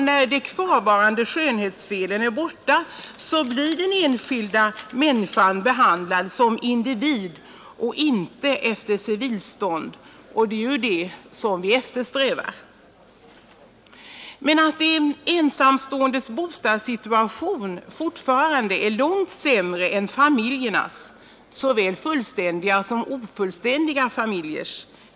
När de kvarvarande skönhetsfelen är borta blir den enskilda människan behandlad som individ och inte efter civilstånd — och det är det vi eftersträvar. Men det är ett faktum att de ensamståendes bostadssituation fortfarande är långt sämre än familjernas — såväl fullständiga som ofullständiga familjers.